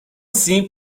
seemed